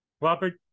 Robert